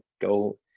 go